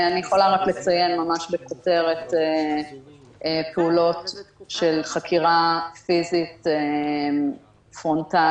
אני יכולה לציין בכותרת פעולות של חקירה פיזית פרונטלית